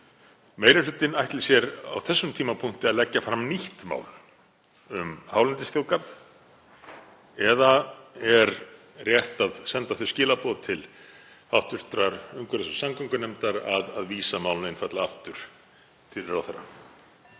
meiri hlutinn ætli sér á þessum tímapunkti að leggja fram nýtt mál um hálendisþjóðgarð. Eða er rétt að senda þau skilaboð til hv. umhverfis- og samgöngunefndar að vísa málinu einfaldlega aftur til ráðherra?